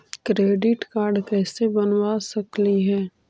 Credit card कैसे बनबा सकली हे?